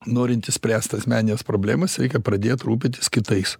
norint išspręst asmenines problemas reikia pradėt rūpintis kitais